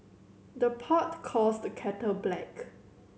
the pot calls the kettle black